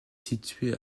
située